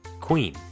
Queen